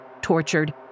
tortured